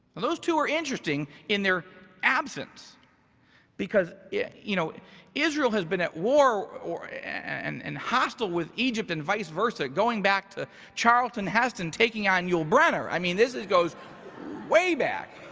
those two are interesting in their absence because yeah you know israel has been at war and and hostile with egypt and vice versa, going back to charlton heston, taking on yul brynner. i mean, this, it goes way back,